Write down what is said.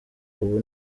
ubu